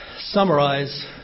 summarize